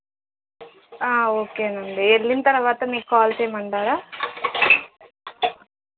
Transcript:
okay అండి వెళ్ళిన తర్వాత మీకు కాల్ చేయమంటారా